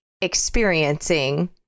experiencing